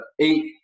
eight –